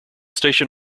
station